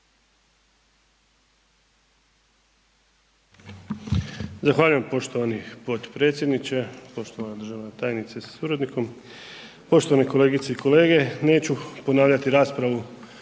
Zahvaljujem poštovani potpredsjedniče, poštovana državna tajnice sa suradnikom, poštovane kolegice i kolege. Neću ponavljati raspravu